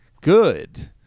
good